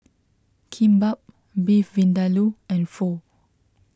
Kimbap Beef Vindaloo and Pho